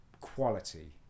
quality